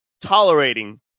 tolerating